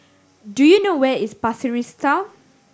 do you know where is Pasir Ris Town